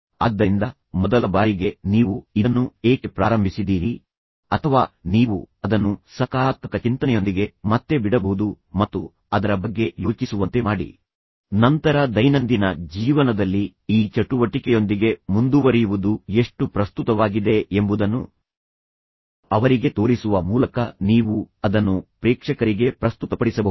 ಆದ್ದರಿಂದ ಮೊದಲ ಬಾರಿಗೆ ನೀವು ಇದನ್ನು ಏಕೆ ಪ್ರಾರಂಭಿಸಿದ್ದೀರಿ ಅಥವಾ ನೀವು ಅದನ್ನು ಸಕಾರಾತ್ಮಕ ಚಿಂತನೆಯೊಂದಿಗೆ ಮತ್ತೆ ಬಿಡಬಹುದು ಮತ್ತು ಅದರ ಬಗ್ಗೆ ಯೋಚಿಸುವಂತೆ ಮಾಡಿ ನಂತರ ದೈನಂದಿನ ಜೀವನದಲ್ಲಿ ಈ ಚಟುವಟಿಕೆಯೊಂದಿಗೆ ಮುಂದುವರಿಯುವುದು ಎಷ್ಟು ಪ್ರಸ್ತುತವಾಗಿದೆ ಎಂಬುದನ್ನು ಅವರಿಗೆ ತೋರಿಸುವ ಮೂಲಕ ನೀವು ಅದನ್ನು ಪ್ರೇಕ್ಷಕರಿಗೆ ಪ್ರಸ್ತುತಪಡಿಸಬಹುದು